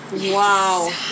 Wow